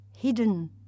hidden